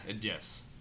yes